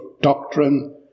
doctrine